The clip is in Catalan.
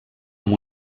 amb